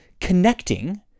connecting